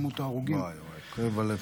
וואי וואי, כואב הלב.